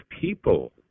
people